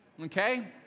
okay